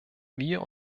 wir